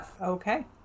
okay